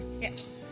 Yes